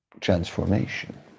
transformation